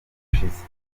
ushize